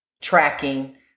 tracking